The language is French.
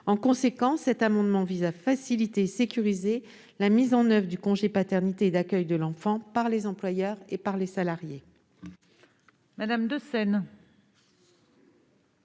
collectif. Cet amendement vise à faciliter et à sécuriser la mise en oeuvre du congé de paternité et d'accueil de l'enfant par les employeurs et par les salariés. La parole est